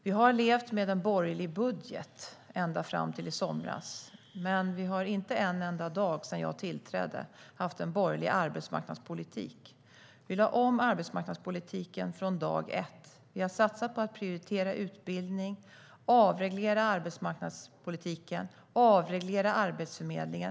Vi har levt med en borgerlig budget ända fram till i somras, men vi har inte en enda dag sedan jag tillträdde haft en borgerlig arbetsmarknadspolitik. Vi lade om arbetsmarknadspolitiken från dag ett. Vi har satsat på att prioritera utbildning, avreglera arbetsmarknadspolitiken och avreglera Arbetsförmedlingen.